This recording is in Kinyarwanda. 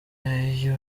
iyo